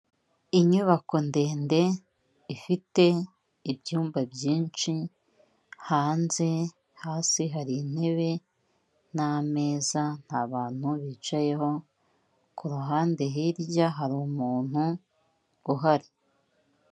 Inyubako ndende ifite ibyumba byinshi, hanze hasi hari intebe n'ameza nta bantu bicayeho, ku ruhande hirya hari umuntu uhari.